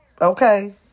Okay